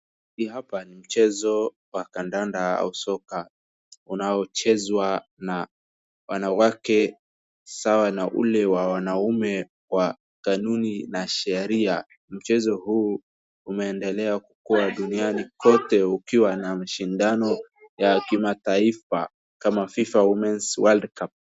Hapa ni mchezo wa kandanda au soka unaochezwa na wanawake sawa na ule wa wanaume kwa kanuni na sheria. Mchezo huu unaendela kukua duniani kote kukiwa na mashindano ya kimataifa kama Fifa Women's World Cup .